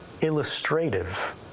illustrative